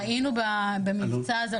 ראינו במבצע הזה,